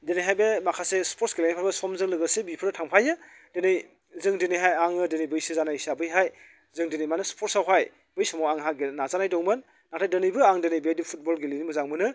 दिनैहाय बे माखासे स्पर्टस गेलेनायफ्राबो समजों लोगोसे बिफोरो थांफायो दिनै जों दिनैहाय आङो दिनै बैसो जानाय हिसाबैहाय जों दिनै मानो स्पर्टसआवहाय बै समाव आंहा नाजानाय दङमोन नाथाय दिनैबो आं दिनै बेदि फुटबल गेलेनो मोजां मोनो